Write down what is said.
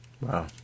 Wow